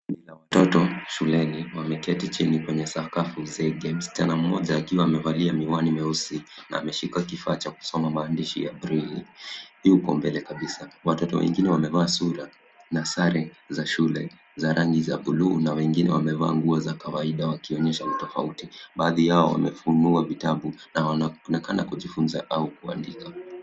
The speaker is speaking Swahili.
Watoto shuleni wameketi chini kwenye sakafu za sege msichana mmoja akiwa amevalia miwani meusi na ameshika kifaa cha kusoma maandishi ya breli yupo mbele kabisa. Watu wengi wamevaa sura na sare za shule za rangi za buluu na wengine wamevaa nguo za kawaida wakionyesha utofauti, baadhi yao wamefunua vitabu na wanaonekana kujifunza au kuandika.